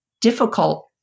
difficult